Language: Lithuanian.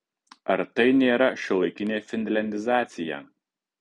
ar tai nėra šiuolaikinė finliandizacija